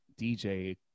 DJ